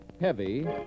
heavy